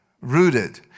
Rooted